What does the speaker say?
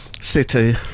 City